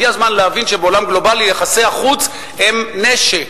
הגיע הזמן להבין שבעולם גלובלי יחסי החוץ הם נשק,